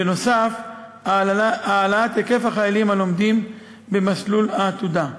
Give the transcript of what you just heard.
בנוסף, העלאת היקף החיילים הלומדים במסלול העתודה.